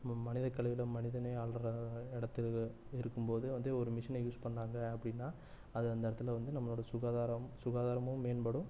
நம்ம மனித கழிவுகளை மனிதனே அள்ளுற இடத்துல இருக்கும்போது வந்து ஒரு மிஷினை யூஸ் பண்ணாங்க அப்படின்னா அது அந்த இடத்துல வந்து நம்மளோட சுகாதாரம் சுகாதாரமும் மேன்படும்